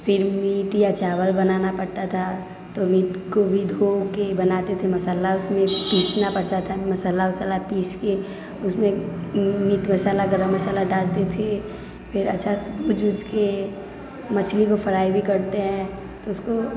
फिर मीट या चावल बनाना पड़ता था तो मीट को भी धोके बनाते थे मसाला उसमे पीसना पड़ता था मसाला वसाला पीसके उसमे मीट मसाला गरम मसाला डालती थी फिर अच्छा से भूज वूजके मछली को फ्राई भी करते हैं तो उसको